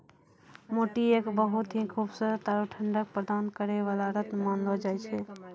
मोती एक बहुत हीं खूबसूरत आरो ठंडक प्रदान करै वाला रत्न मानलो जाय छै